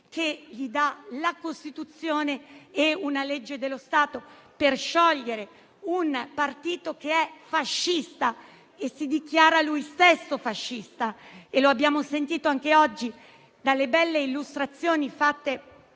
che gli danno la Costituzione e una legge dello Stato per sciogliere un partito che è fascista e si dichiara lui stesso fascista, come abbiamo sentito anche oggi dalle belle illustrazioni fatte